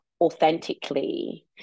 authentically